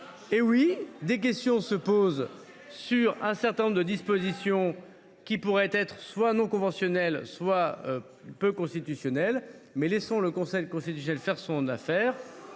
! Oui, des questions se posent sur un certain nombre de dispositions, qui pourraient être soit inconventionnelles soit peu constitutionnelles ; mais laissons le Conseil constitutionnel en faire son affaire.